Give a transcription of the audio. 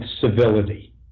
civility